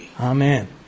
Amen